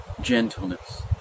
gentleness